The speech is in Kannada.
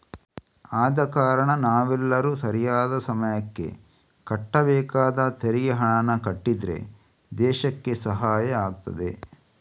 ಆದ ಕಾರಣ ನಾವೆಲ್ಲರೂ ಸರಿಯಾದ ಸಮಯಕ್ಕೆ ಕಟ್ಟಬೇಕಾದ ತೆರಿಗೆ ಹಣಾನ ಕಟ್ಟಿದ್ರೆ ದೇಶಕ್ಕೆ ಸಹಾಯ ಆಗ್ತದೆ